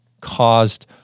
caused